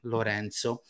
Lorenzo